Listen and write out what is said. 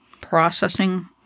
processing